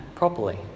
properly